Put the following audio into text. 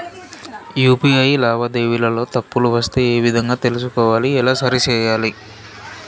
UPI లావాదేవీలలో తప్పులు వస్తే ఏ విధంగా తెలుసుకోవాలి? ఎలా సరిసేయాలి?